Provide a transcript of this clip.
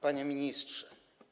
Panie Ministrze!